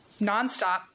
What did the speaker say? nonstop